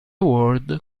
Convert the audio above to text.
award